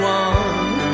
one